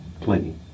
plenty